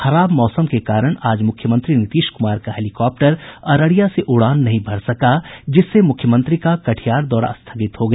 खराब मौसम के कारण आज मुख्यमंत्री नीतीश कुमार का हेलीकॉप्टर अररिया से उड़ान नहीं भर सका जिससे मुख्यमंत्री का कटिहार दौरा स्थगित हो गया